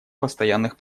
постоянных